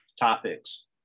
topics